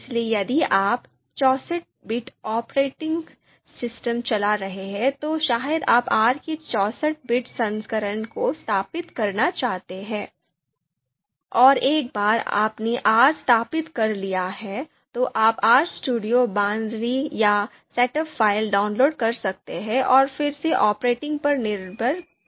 इसलिए यदि आप 64 बिट ऑपरेटिंग सिस्टम चला रहे हैं तो शायद आप R के 64 बिट संस्करण को स्थापित करना चाहते हैं और एक बार आपने R स्थापित कर लिया है तो आप RStudio बाइनरी या सेटअप फ़ाइल डाउनलोड कर सकते हैं और फिर से ऑपरेटिंग पर निर्भर करता है